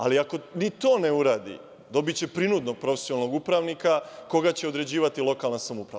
Ali, ako ni to ne uradi, dobiće prinudnog profesionalnog upravnika koga će određivati lokalna samouprava.